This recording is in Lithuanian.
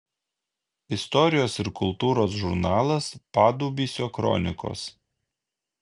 istorijos ir kultūros žurnalas padubysio kronikos